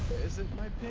isn't my